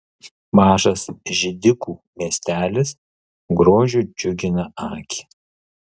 mažas židikų miestelis grožiu džiugina akį